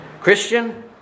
Christian